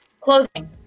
Clothing